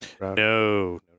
No